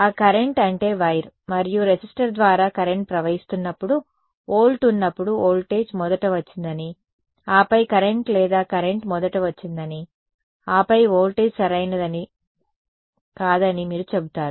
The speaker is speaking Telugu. ఆ కరెంట్ అంటే వైర్ మరియు రెసిస్టర్ ద్వారా కరెంట్ ప్రవహిస్తున్నప్పుడు వోల్ట్ ఉన్నప్పుడు వోల్టేజ్ మొదట వచ్చిందని ఆపై కరెంట్ లేదా కరెంట్ మొదట వచ్చిందని ఆపై వోల్టేజ్ సరైనది కాదని మీరు చెబుతారు